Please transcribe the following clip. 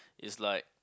is like